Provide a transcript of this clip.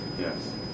Yes